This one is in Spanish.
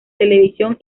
televisión